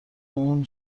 اون